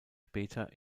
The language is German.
später